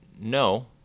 No